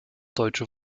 deutsche